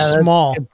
small